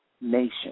nation